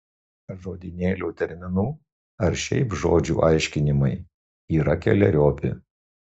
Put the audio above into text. žodynėlio terminų ar šiaip žodžių aiškinimai yra keleriopi